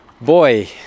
boy